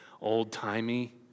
old-timey